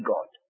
God